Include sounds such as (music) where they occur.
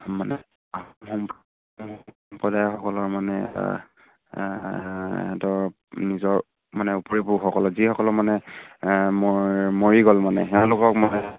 মানে (unintelligible) সম্প্ৰদায়সকলৰ মানে সিহঁতৰ নিজৰ মানে উপৰি পুৰুষসকলৰ যিসকলৰ মানে ম মৰি গ'ল মানে তেওঁলোকক (unintelligible)